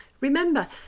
Remember